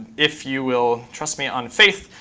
if you will trust me on faith,